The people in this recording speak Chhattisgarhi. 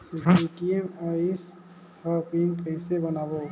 ए.टी.एम आइस ह पिन कइसे बनाओ?